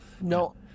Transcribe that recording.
no